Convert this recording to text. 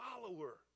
follower